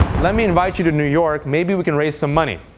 let me invite you to new york. maybe we can raise some money.